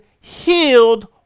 healed